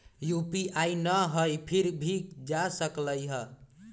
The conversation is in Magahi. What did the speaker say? यू.पी.आई न हई फिर भी जा सकलई ह?